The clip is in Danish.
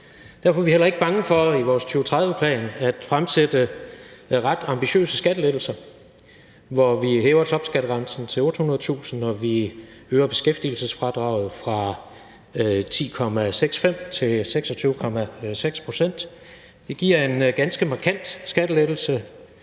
derfor er vi heller ikke bange for i vores 2030-plan at fremsætte ret ambitiøse skattelettelser, hvor vi hæver topskattegrænsen til 800.000 kr. og øger beskæftigelsesfradraget fra 10,65 til ca. 26,6 pct. Det giver en ganske markant skattelettelse,